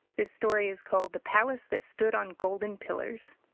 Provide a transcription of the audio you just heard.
this story is called the palace that stood on golden pillars.